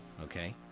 Okay